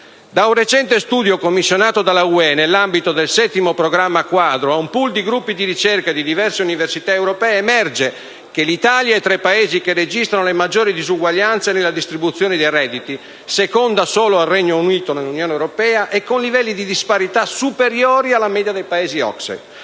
Da un recente studio commissionato dalla UE nell'ambito del Settimo Programma quadro a un *pool* di gruppi di ricerca di diverse università europee emerge che l'Italia è tra i Paesi che registrano le maggiori disuguaglianze nella distribuzione dei redditi, seconda solo al Regno Unito nell'Unione europea e con livelli di disparità superiori alla media dei Paesi OCSE.